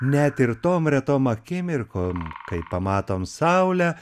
net ir tom retom akimirkom kai pamatom saulę